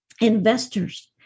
investors